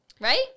right